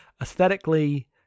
aesthetically